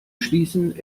schließen